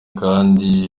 kandi